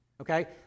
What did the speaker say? okay